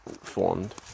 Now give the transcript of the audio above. formed